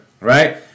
right